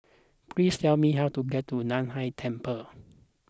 please tell me how to get to Nan Hai Temple